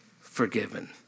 forgiven